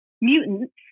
mutants